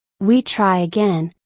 we try again,